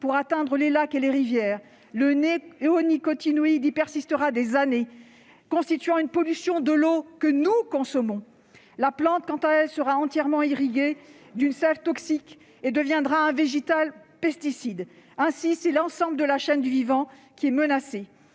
pour atteindre les lacs et les rivières. Le néonicotinoïde y persistera des années durant, constituant une pollution de l'eau que nous consommons. La plante, quant à elle, sera entièrement irriguée d'une sève toxique et deviendra un végétal pesticide. Ainsi, c'est l'ensemble de la chaîne du vivant qui est menacée.